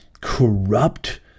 corrupt